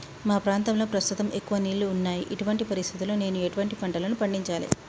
మా ప్రాంతంలో ప్రస్తుతం ఎక్కువ నీళ్లు ఉన్నాయి, ఇటువంటి పరిస్థితిలో నేను ఎటువంటి పంటలను పండించాలే?